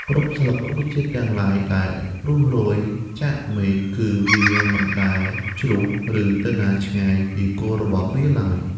គ្រប់ស្លឹករុក្ខជាតិទាំងឡាយដែលរុះរោយចាកមែក គឺវាមិនដែលជ្រុះ ឬទៅណាឆ្ងាយពីគល់របស់វាឡើយ។